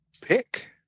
pick